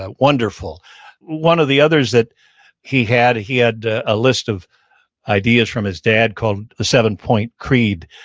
ah wonderful one of the others that he had, he had a list of ideas from his dad called the seven-point creed.